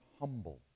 humble